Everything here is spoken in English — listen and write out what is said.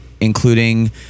including